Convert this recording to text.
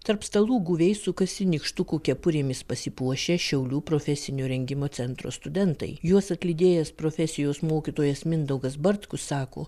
tarp stalų guviai sukasi nykštukų kepurėmis pasipuošę šiaulių profesinio rengimo centro studentai juos atlydėjęs profesijos mokytojas mindaugas bartkus sako